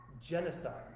Genocide